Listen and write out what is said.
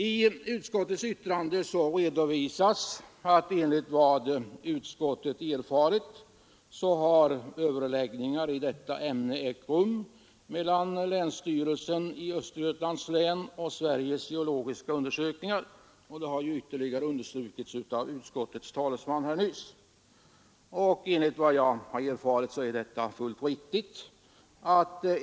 I utskottets yttrande står: ”Enligt vad utskottet erfarit har överläggningar i detta ämne ägt rum mellan länsstyrelsen i Östergötlands län och SGU.” Detta uttalande har nyss ytterligare understrukits av utskottets talesman. Enligt vad jag har erfarit är det också fullt riktigt.